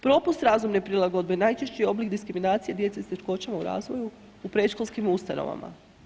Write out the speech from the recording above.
Propust razumne prilagodbe najčešći je oblik diskriminacije djece s teškoćama u razvoju u predškolskim ustanovama.